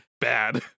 bad